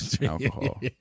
alcohol